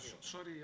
Sorry